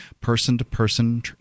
person-to-person